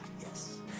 yes